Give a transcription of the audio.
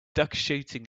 duckshooting